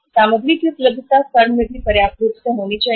सामग्री की उपलब्धता फर्म में भी पर्याप्त रूप से होना चाहिए